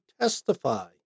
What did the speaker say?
testify